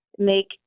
make